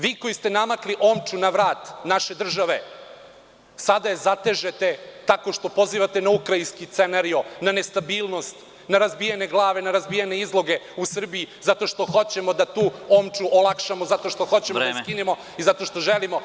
Vi koji ste namakli omču na vrat naše države sada je zatežete tako što pozivate na ukrajinski scenario, na nestabilnost, na razbijene glave, na razbijene izloge u Srbiji, zato što hoćemo da tu omču olakšamo, zato što hoćemo da skinemo i zato što želimo…